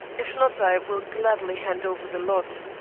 if not i will gladly hand over the lot,